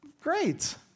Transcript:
Great